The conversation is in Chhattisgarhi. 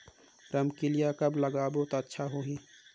रमकेलिया कब लगाबो ता अच्छा होही?